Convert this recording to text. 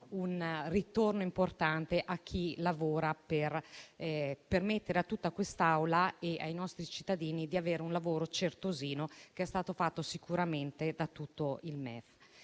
un ritorno importante a chi lavora per permettere a questa Assemblea e ai nostri cittadini di conoscere il lavoro certosino, che è stato fatto sicuramente da tutto il MEF.